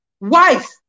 wife